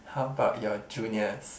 how about your juniors